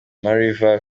mariva